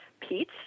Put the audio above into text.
Pete